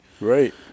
Right